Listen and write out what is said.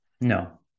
No